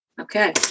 Okay